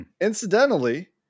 incidentally